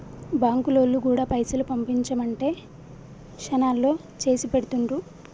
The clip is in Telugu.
బాంకులోల్లు గూడా పైసలు పంపించుమంటే శనాల్లో చేసిపెడుతుండ్రు